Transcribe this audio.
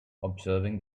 observing